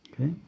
Okay